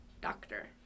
doctor